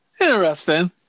Interesting